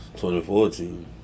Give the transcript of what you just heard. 2014